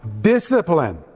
Discipline